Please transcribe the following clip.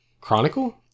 Chronicle